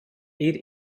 eir